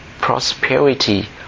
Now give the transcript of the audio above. prosperity